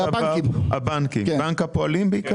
הבנקים, בנק הפועלים.